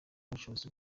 ubushobozi